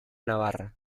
navarra